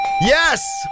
Yes